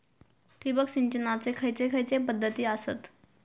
ठिबक सिंचनाचे खैयचे खैयचे पध्दती आसत?